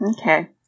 okay